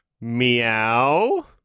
meow